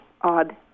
odd